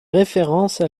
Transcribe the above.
références